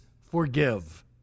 forgive